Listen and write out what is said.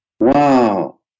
Wow